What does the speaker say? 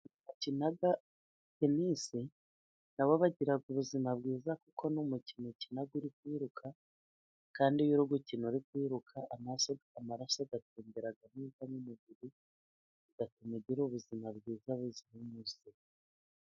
Abakina tenisi, nabo bagira ubuzima bwiza, kuko ni umukino ukina uri kwiruka, kandi iyo uri gukina uri kwiruka, amaraso atembera neza mu mubiri, bigatuma agira ubuzima bwiza buzira umuze.